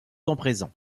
présents